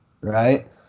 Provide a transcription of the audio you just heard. right